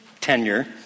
tenure